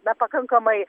na pakankamai